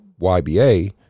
YBA